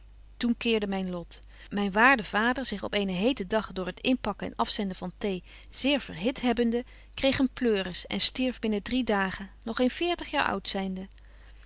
toen keerde myn lot myn waarde vader zich op eenen heten dag door het inpakken en afzenden van thee zeer verhit hebbende kreeg een pleuris en stierf binnen drie dagen nog geen veertig jaren oud zynde